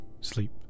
sleep